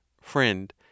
FRIEND